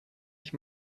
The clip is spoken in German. ich